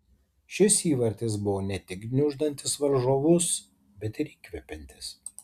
šis įvartis buvo ne tik gniuždantis varžovus bet ir įkvepiantis